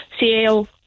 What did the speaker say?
CAO